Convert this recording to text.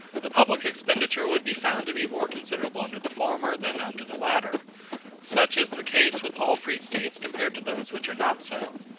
the public expenditure would be found to be more considerable under the former than under the latter such is the case with all free states compared to those which are not so.